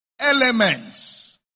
elements